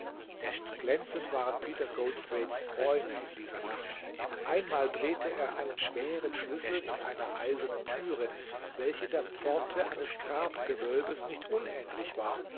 glänzend waren peter goldthwaite's träume in dieser nacht einmal drehte er einen schweren schlüssel in einer eisernen türe welche der pforte eines grabgewölbes nicht unähnlich war